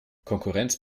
konkurrenz